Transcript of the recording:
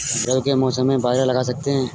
रवि के मौसम में बाजरा लगा सकते हैं?